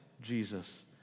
Jesus